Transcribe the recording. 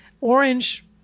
orange